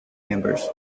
members